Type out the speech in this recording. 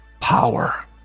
power